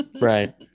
right